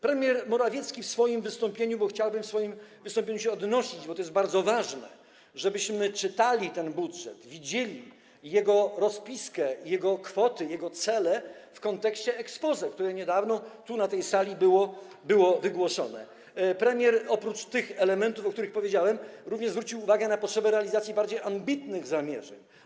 Premier Morawiecki w swoim wystąpieniu - bo chciałbym w swojej wypowiedzi do tego się odnosić, gdyż to jest bardzo ważne, żebyśmy czytali ten budżet, widzieli jego rozpiskę, jego kwoty, jego cele w kontekście exposé, które niedawno tu na tej sali było wygłoszone - oprócz tych elementów, o których powiedziałem, również zwrócił uwagę na potrzebę realizacji bardziej ambitnych zamierzeń.